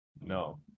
No